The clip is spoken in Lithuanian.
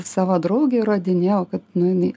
savo draugę įrodinėjau kad nu jinai